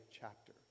chapter